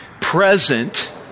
present